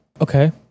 Okay